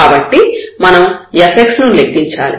కాబట్టి మనం fx ను లెక్కించాలి